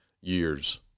years